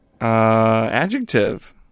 Adjective